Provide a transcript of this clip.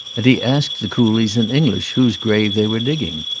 and he asked the coolies in english whose grave they were digging.